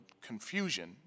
confusion